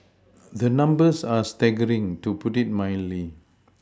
the numbers are staggering to put it mildly